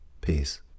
Peace